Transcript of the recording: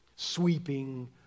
sweeping